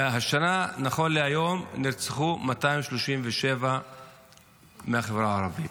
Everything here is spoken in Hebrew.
והשנה נכון להיום נרצחו 237 מהחברה הערבית.